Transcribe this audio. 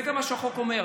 זה גם מה שהחוק אומר,